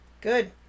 Good